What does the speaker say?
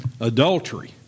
adultery